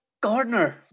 Gardner